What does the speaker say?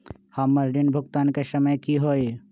हमर ऋण भुगतान के समय कि होई?